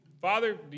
Father